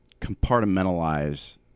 compartmentalize